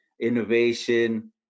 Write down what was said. innovation